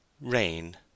Rain